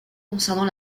concernant